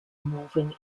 moving